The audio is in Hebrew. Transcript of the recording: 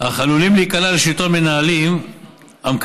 אך עלולים להיקלע לשלטון מנהלים המקדש